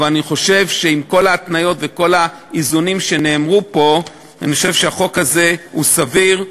אבל אני חושב שעם כל ההתניות וכל האיזונים שנאמרו פה החוק הזה הוא סביר,